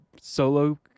solo